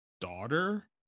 daughter